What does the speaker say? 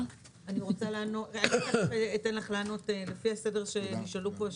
רוצה לענות על השאלות לפי הסדר שהן נשאלו.